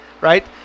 right